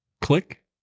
Click